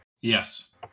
Yes